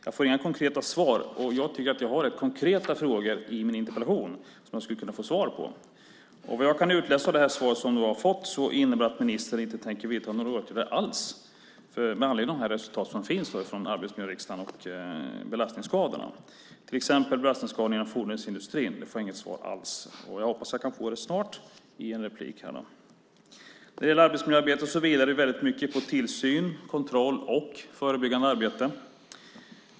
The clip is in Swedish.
Jag får inga konkreta svar, och jag tycker att jag har rätt konkreta frågor som jag skulle kunna få svar på. Det jag kan utläsa av det svar jag har fått innebär att ministern inte tänker vidta några åtgärder alls med anledning av de resultat som finns från Arbetsmiljöverket och riksdagen om belastningsskadorna. Det gäller till exempel belastningsskadorna inom fordonsindustrin. Där får jag inget svar alls. Jag hoppas att jag kan få det snart i ett inlägg här. När det gäller arbetsmiljöarbete handlar det mycket om tillsyn, kontroll och förebyggande arbete.